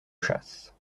chasse